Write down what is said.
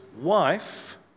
wife